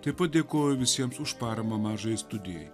taip pat dėkoju visiems už paramą mažajai studijai